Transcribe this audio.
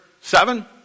seven